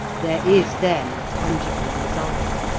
there is then a tangible result.